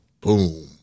Boom